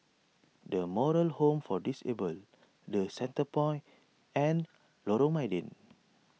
the Moral Home for Disabled the Centrepoint and Lorong Mydin